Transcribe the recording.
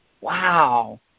wow